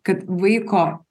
kad vaiko